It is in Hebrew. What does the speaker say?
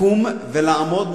לקום ולעמוד,